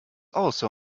also